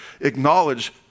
acknowledge